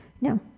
no